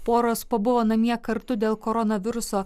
poros pabuvo namie kartu dėl koronaviruso